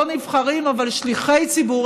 לא נבחרים אבל שליחי ציבור,